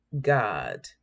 God